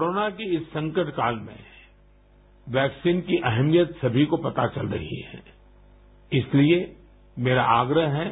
corona की इस संकट काल में वैक्सीन की अहमियत सभी को पता चल गई है इसलिए मेरा आग्रह है